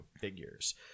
figures